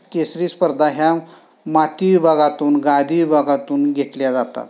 केसरी स्पर्धा ह्या माती भागातून गादी विभागातून घेतल्या जातात